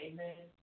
Amen